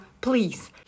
please